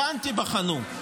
כאן תיבחנו,